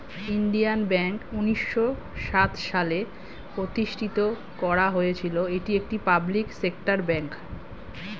Indian bank উন্নিশো সাত সালে প্রতিষ্ঠিত করা হয়েছিল, এটি একটি পাবলিক সেক্টর ব্যাঙ্ক